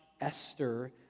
Esther